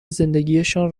زندگیشان